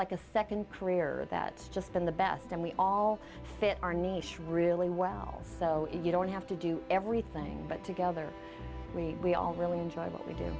like a second career that just been the best and we all fit our nation really well so you don't have to do everything but together we all really enjoy what we do